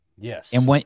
Yes